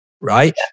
right